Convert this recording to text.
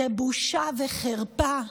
זאת בושה וחרפה,